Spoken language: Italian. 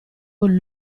con